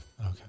Okay